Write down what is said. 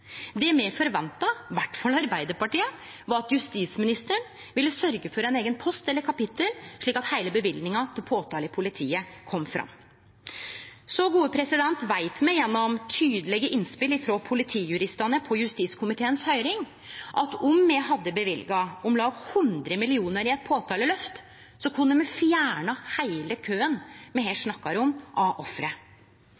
Det me forventa, i alle fall Arbeidarpartiet, var at justisministeren ville sørgje for ein eigen post eller eit eige kapittel, slik at heile løyvinga til påtale i politiet kom fram. Så veit me gjennom tydelege innspel frå Politijuristene på justiskomiteens høyring at om me hadde løyvd om lag 100 mill. kr i eit påtalelyft, kunne me fjerna heile køen av offer me her